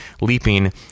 Leaping